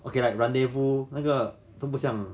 okay like rendezvous 那个登不上